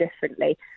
differently